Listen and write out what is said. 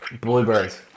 Blueberries